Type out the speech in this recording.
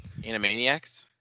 Animaniacs